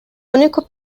único